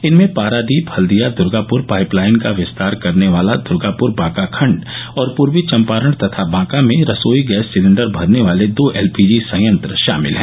इनमें पारादीप हल्दिया दर्गापुर पाइपलाइन का विस्तार करने वाला दर्गापुर बाका खड और पूर्वी चंपारण तथा बांका में रसोई गैस सिलेंडर भरने वाले दो एलपीजी संयत्र शामिल हैं